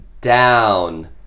down